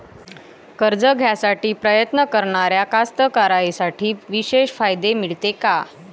कर्ज घ्यासाठी प्रयत्न करणाऱ्या कास्तकाराइसाठी विशेष फायदे मिळते का?